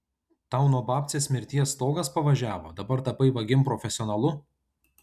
tau nuo babcės mirties stogas pavažiavo dabar tapai vagim profesionalu